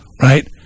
Right